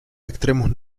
extremos